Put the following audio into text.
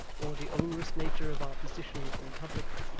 or the onerous nature of our position, in public,